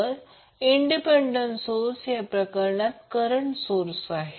तर स्वतंत्र सोर्स हा या प्रकरणात करंट सोर्स आहे